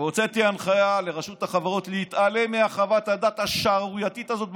והוצאתי הנחיה לרשות החברות להתעלם מחוות הדעת השערורייתית הזאת,